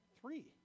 three